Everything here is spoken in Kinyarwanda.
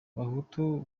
bahutu